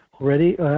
already